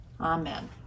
Amen